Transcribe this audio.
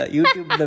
YouTube